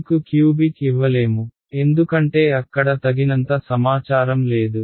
మీకు క్యూబిక్ ఇవ్వలేము ఎందుకంటే అక్కడ తగినంత సమాచారం లేదు